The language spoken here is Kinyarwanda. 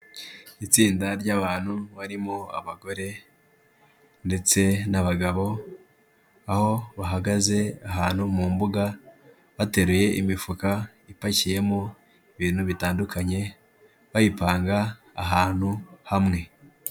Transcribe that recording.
Itsinda ry'abantu barimo abagore ndetse n'abagabo, aho bahagaze ahantu mu mbuga, bateruye imifuka ipakiyemo ibintu bitandukanye, bayipanga ahantu hamwe.